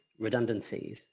redundancies